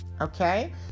Okay